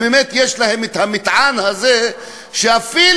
יש להם המטען הזה שאפילו,